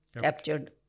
captured